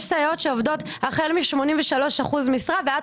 יש סייעות שעובדות החל מ-83% משרה ועד